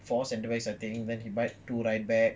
four center back setting then he buy two right back